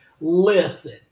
listen